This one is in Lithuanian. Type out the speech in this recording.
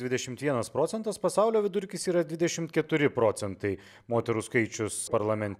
dvidešimt vienas procentas pasaulio vidurkis yra dvidešim keturi procentai moterų skaičius parlamente